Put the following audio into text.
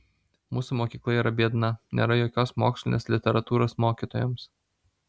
mūsų mokykla yra biedna nėra jokios mokslinės literatūros mokytojams